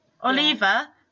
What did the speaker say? Oliver